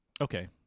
Okay